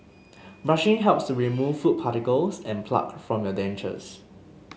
brushing helps remove food particles and plaque from your dentures